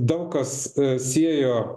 daug kas siejo